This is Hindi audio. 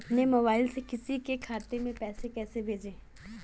अपने मोबाइल से किसी के खाते में पैसे कैसे भेजें?